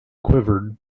quivered